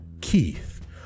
Keith